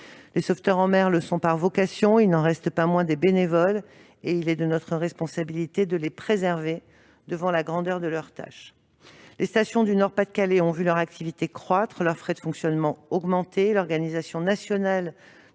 Les sauveteurs en mer le sont par vocation, mais ils n'en restent pas moins des bénévoles, et il est de notre responsabilité de les préserver devant la grandeur de leur tâche. « Les stations du Nord-Pas-de-Calais ont vu leur activité croître et leurs frais de fonctionnement augmenter. L'organisation nationale